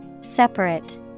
Separate